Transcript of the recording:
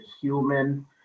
human